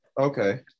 Okay